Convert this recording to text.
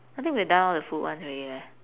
I think we've done all the food ones already leh